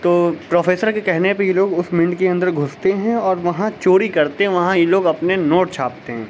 تو پروفیسر کے کہنے پہ یہ لوگ اس منٹ کے اندر گھستے ہیں اور وہاں چوری کرتے ہیں وہاں یہ لوگ اپنے نوٹ چھاپتے ہیں